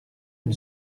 une